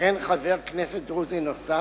וכן חבר כנסת דרוזי נוסף,